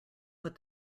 put